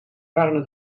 waren